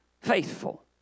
faithful